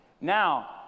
now